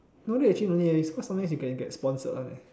no need actually no need leh is cause sometimes you can get sponsored [one]